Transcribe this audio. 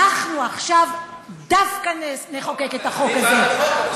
אנחנו עכשיו דווקא נחוקק את החוק הזה.